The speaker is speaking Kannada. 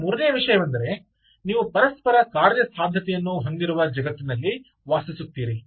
ಈಗ ಮೂರನೆಯ ವಿಷಯವೆಂದರೆ ನೀವು ಪರಸ್ಪರ ಕಾರ್ಯಸಾಧ್ಯತೆಯನ್ನು ಹೊಂದಿರುವ ಜಗತ್ತಿನಲ್ಲಿ ವಾಸಿಸುತ್ತೀರಿ